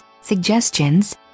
suggestions